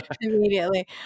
immediately